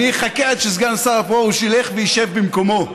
אני אחכה עד שסגן השר פרוש ילך וישב במקומו,